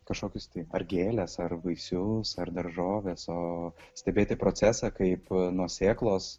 kažkokius tai ar gėles ar vaisius ar daržoves o stebėti procesą kaip nuo sėklos